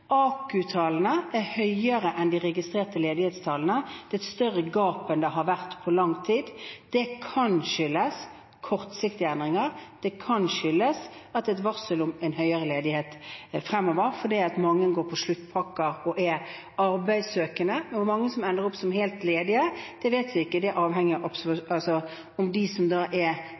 er høyere enn de registrerte ledighetstallene, det er et større gap enn det har vært på lang tid. Det kan skyldes kortsiktige endringer, og det kan skyldes at det er et varsel om en høyere ledighet fremover, fordi mange går på sluttpakker og er arbeidssøkende. Hvor mange som ender opp som helt ledige, vet vi ikke – det avhenger av om de som er